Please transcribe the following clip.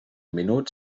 minuts